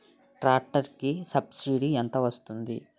Tractor కి subsidy ఎంత వస్తుంది?